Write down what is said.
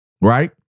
right